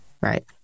right